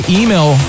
email